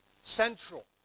central